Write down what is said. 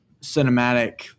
cinematic